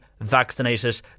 vaccinated